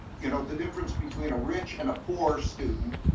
you know, the difference between a rich and a poor student